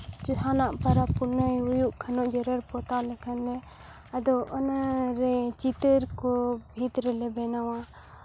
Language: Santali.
ᱡᱟᱦᱟᱱᱟᱜ ᱯᱚᱨᱚᱵᱽ ᱯᱩᱱᱟᱹᱭ ᱦᱩᱭᱩᱜ ᱠᱷᱟᱱ ᱜᱮ ᱡᱮᱨᱮᱲ ᱯᱚᱛᱟᱣ ᱞᱮᱠᱷᱟᱱ ᱞᱮ ᱟᱫᱚ ᱚᱱᱟ ᱨᱮ ᱪᱤᱛᱟᱹᱨ ᱠᱚ ᱵᱷᱤᱛ ᱨᱮᱞᱮ ᱵᱮᱱᱟᱣᱟ